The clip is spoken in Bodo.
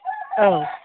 औ